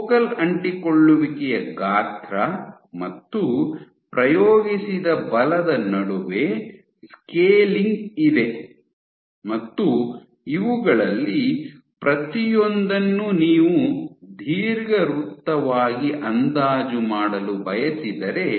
focal ಅಂಟಿಕೊಳ್ಳುವಿಕೆಯ ಗಾತ್ರ ಮತ್ತು ಪ್ರಯೋಗಿಸಿದ ಬಲದ ನಡುವೆ ಸ್ಕೇಲಿಂಗ್ ಇದೆ ಮತ್ತು ಇವುಗಳಲ್ಲಿ ಪ್ರತಿಯೊಂದನ್ನು ನೀವು ದೀರ್ಘವೃತ್ತವಾಗಿ ಅಂದಾಜು ಮಾಡಲು ಬಯಸಿದರೆ